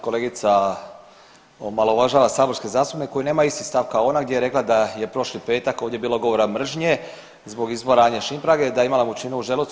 Kolegica omalovažava saborske zastupnike koji nema isti stav kao ona, gdje je rekla da je prošli petak ovdje bilo govora mržnje zbog izbora Šimprage, da je imala mučninu u želucu.